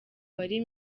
wari